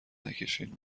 نکشین